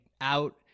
out